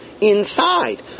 inside